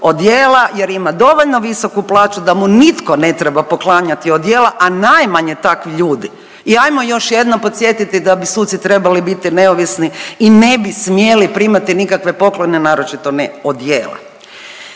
jer ima dovoljno visoku plaću da mu nitko ne treba poklanjati odijela, a najmanje takvi ljudi. I ajmo još jednom podsjetiti da bi suci trebali biti neovisni i ne bi smjeli primati nikakve poklone naročito ne odijela.